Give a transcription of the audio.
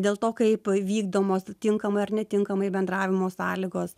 dėl to kaip vykdomos tinkamai ar netinkamai bendravimo sąlygos